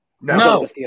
No